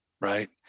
right